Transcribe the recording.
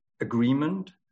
agreement